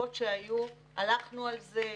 בנסיבות שהיו, הלכנו על זה.